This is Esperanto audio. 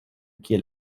kiel